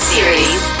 Series